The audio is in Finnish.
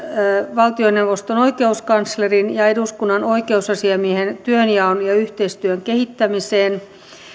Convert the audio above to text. valtioneuvoston oikeuskanslerin ja eduskunnan oikeusasiamiehen työnjaon ja yhteistyön kehittämisen